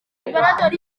laboratwari